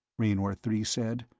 raynor three said,